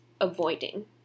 avoiding